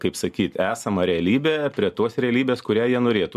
kaip sakyt esamą realybę prie tos realybės kurią jie norėtų